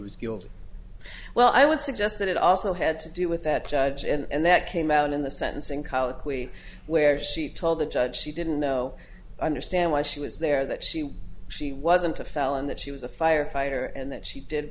was guilty well i would suggest that it also had to do with that judge and that came out in the sentencing colloquy where she told the judge she didn't know understand why she was there that she she wasn't a felon that she was a firefighter and that she did